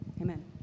Amen